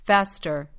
Faster